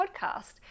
podcast